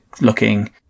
looking